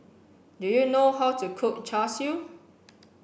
do you know how to cook Char Siu